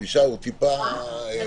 נכון.